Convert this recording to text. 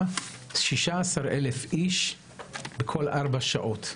16,000 אנשים בכל ארבע שעות.